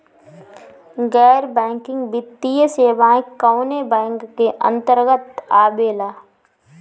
गैर बैंकिंग वित्तीय सेवाएं कोने बैंक के अन्तरगत आवेअला?